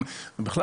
בכלל,